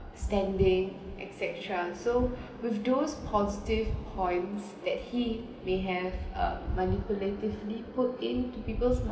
standing etcetera so with those positive points that he may have a manipulatively put in to people's